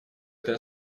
этой